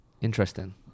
interesting